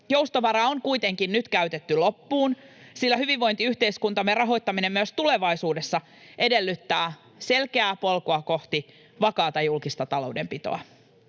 Joustovara on kuitenkin nyt käytetty loppuun, sillä hyvinvointiyhteiskuntamme rahoittaminen myös tulevaisuudessa edellyttää selkeää polkua kohti vakaata julkista taloudenpitoa.